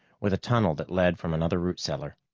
with a tunnel that led from another root-cellar.